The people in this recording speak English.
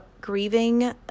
grieving